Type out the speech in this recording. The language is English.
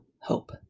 hope